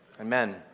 Amen